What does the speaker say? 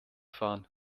fahren